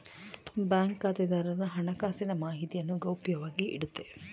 bank ಖಾತೆದಾರರ ಹಣಕಾಸಿನ ಮಾಹಿತಿಯನ್ನು ಗೌಪ್ಯವಾಗಿ ಇಡುತ್ತೆ